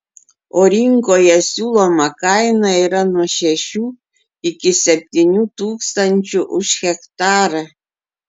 o rinkoje siūloma kaina yra nuo šešių iki septynių tūkstančių už hektarą